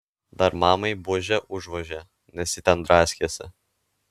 dar mamai buože užvožė nes ji ten draskėsi